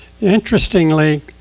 interestingly